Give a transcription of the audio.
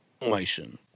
formation